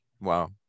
wow